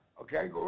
okay